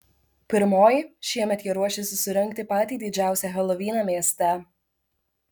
pirmoji šiemet jie ruošiasi surengti patį didžiausią helovyną mieste